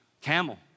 Camel